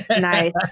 Nice